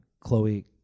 Chloe